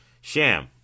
Sham